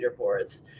leaderboards